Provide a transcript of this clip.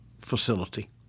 facility